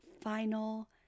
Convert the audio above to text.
final